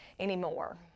anymore